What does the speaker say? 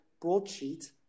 broadsheet